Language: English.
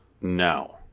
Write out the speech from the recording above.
No